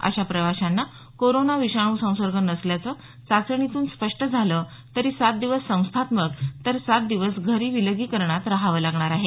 अशा प्रवाशांना कोरोना विषाणू संसर्ग नसल्याचं चाचणीतून स्पष्ट झालं तरी सात दिवस संस्थात्मक तर सात दिवस घरी विलगीकरणात रहावं लागणार आहे